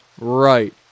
Right